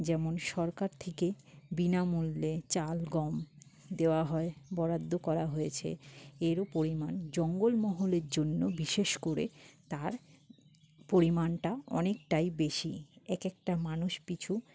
যেমন সরকার থেকে বিনামূল্যে চাল গম দেওয়া হয় বরাদ্দ করা হয়েছে এরও পরিমাণ জঙ্গলমহলের জন্য বিশেষ করে তার পরিমাণটা অনেকটাই বেশি একেকটা মানুষ পিছু